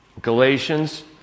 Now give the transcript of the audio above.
Galatians